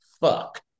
fuck